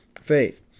faith